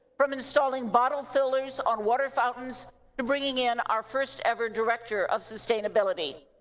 from installing bottle fillers on water fountains to bringing in our first-ever director of sustainability.